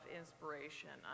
inspiration